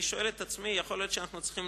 אני שואל את עצמי: יכול להיות שאנחנו צריכים